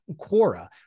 Quora